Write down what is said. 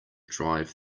drive